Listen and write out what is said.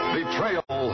Betrayal